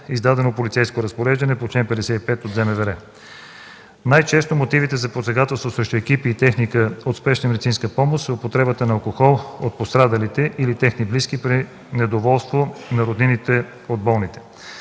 издадено полицейско разпореждане по чл. 55 от Закона за МВР. Най-често мотивите за посегателствата срещу екипи и техника от Спешна медицинска помощ е употребата на алкохол от пострадалите или техните близки, при недоволство на роднините на болните.